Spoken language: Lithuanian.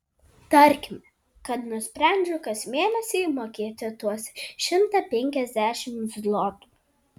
tarkime kad nusprendžiu kas mėnesį įmokėti tuos šimtą penkiasdešimt zlotų